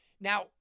Now